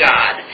God